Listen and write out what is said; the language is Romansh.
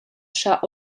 schar